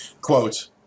quote